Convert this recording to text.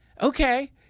Okay